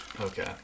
Okay